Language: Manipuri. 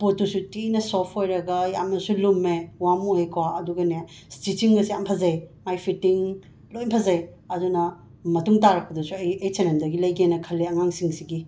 ꯄꯣꯠꯇꯨꯁꯨ ꯊꯤꯅ ꯁꯣꯐ ꯑꯣꯏꯔꯒ ꯌꯥꯝꯅꯁꯨ ꯂꯨꯝꯃꯦ ꯋꯥꯔꯝ ꯑꯣꯏꯌꯦꯀꯣ ꯑꯗꯨꯒꯅꯦ ꯁ꯭ꯇꯤꯆꯤꯡꯒꯁꯦ ꯌꯥꯝ ꯐꯖꯩꯌꯦ ꯃꯥꯒꯤ ꯐꯤꯠꯇꯤꯡ ꯂꯣꯏꯅ ꯐꯖꯩ ꯑꯗꯨꯅ ꯃꯇꯨꯡ ꯇꯥꯔꯛꯄꯗꯁꯨ ꯑꯩ ꯑꯩꯆ ꯑꯦꯟ ꯑꯦꯝꯗꯒꯤ ꯂꯩꯒꯦꯅ ꯈꯜꯂꯤ ꯑꯉꯥꯡꯁꯤꯡꯁꯤꯒꯤ